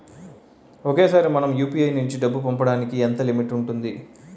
ఒకేసారి మనం యు.పి.ఐ నుంచి డబ్బు పంపడానికి ఎంత లిమిట్ ఉంటుంది?